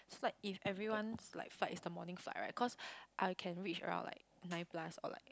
so like if everyone's like flight is the morning flight right cause I can reach around like nine plus or like